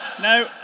No